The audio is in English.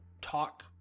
talk